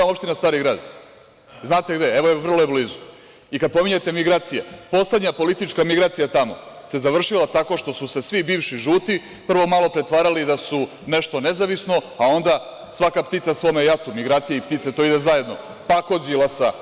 Evo, opština Stari grad, znate gde je, vrlo je blizu, kad pominjete migracije, poslednja politička migracija tamo se završila tako što su se svi bivši „žuti“ prvo malo pretvarali da su nešto nezavisno, a onda svaka ptica svome jatu, migracije i ptice, to ide zajedno, pa kod Đilasa.